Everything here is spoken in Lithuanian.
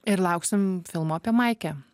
ir lauksim filmo apie maikę